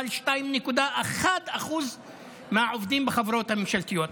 אבל 2.1% מהעובדים בחברות הממשלתיות.